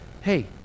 Hey